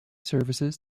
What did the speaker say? services